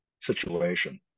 situation